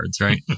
right